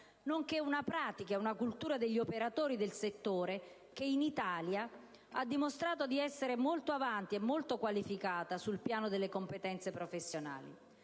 nonché una pratica e una cultura degli operatori del settore che in Italia ha dimostrato di essere molto avanti e molto qualificata sul piano delle competenze professionali.